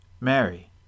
Mary